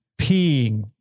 peeing